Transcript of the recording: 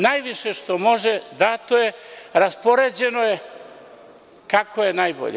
Najviše što može dato je, raspoređeno je kako je najbolje.